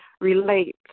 relate